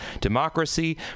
democracy